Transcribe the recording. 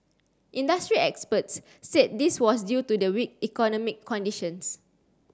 industry experts said this was due to the weak economic conditions